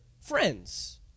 friends